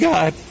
God